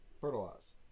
Fertilize